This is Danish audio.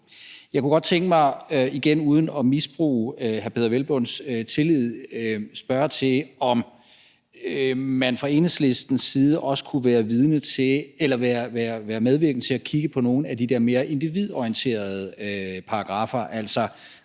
Jeg kunne godt tænke mig – igen uden at misbruge hr. Peder Hvelplunds tillid – at spørge til, om man fra Enhedslistens side også kunne være medvirkende til at kigge på nogle af de der mere individorienterede paragraffer,